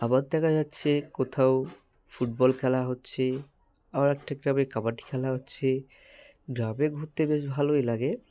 আবার দেখা যাচ্ছে কোথাও ফুটবল খেলা হচ্ছে আবার একটা গ্রামে কাবাডি খেলা হচ্ছে গ্রামে ঘুরতে বেশ ভালোই লাগে